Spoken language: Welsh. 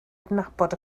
adnabod